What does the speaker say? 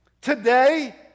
Today